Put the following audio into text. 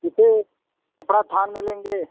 जैसे कपड़ा थान में लेंगे